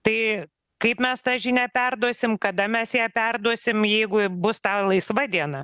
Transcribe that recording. tai kaip mes tą žinią perduosim kada mes ją perduosim jeigu bus ta laisva diena